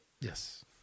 Yes